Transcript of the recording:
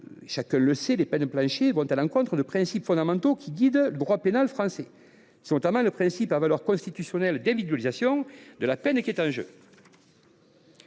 Chacun le sait, les peines planchers vont à l’encontre de principes fondamentaux qui guident le droit pénal français. C’est notamment le principe à valeur constitutionnelle d’individualisation de la peine qui est en jeu.